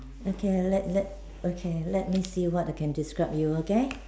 okay let let okay let me see what I can describe you okay